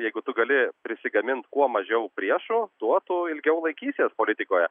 jeigu tu gali prisigamint kuo mažiau priešų tuo tu ilgiau laikysies politikoje